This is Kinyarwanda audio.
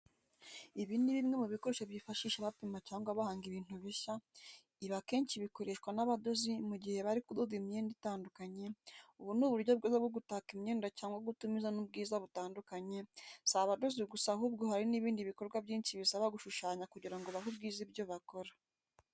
Ibi ni bimwe mu bikoresho bifashisha bapima cyangwa bahanga ibintu bishya, ibi akenshi bikoreshwa n'abadozi mu gihe bari kudoda imyenda itandukanye, ubu ni uburyo bwiza bwo gutaka imyenda cyangwa gutuma izana ubwiza butandukanye, si abadozi gusa ahubwo hari n'ibindi bikorwa byinshi bisaba gushushanya kugira ngo bahe ubwiza ibyo bakora.